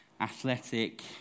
athletic